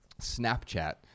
Snapchat